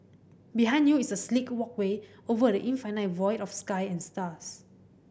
behind you is a sleek walkway over the infinite void of sky and stars